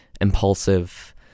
impulsive